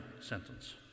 sentence